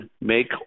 make